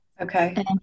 okay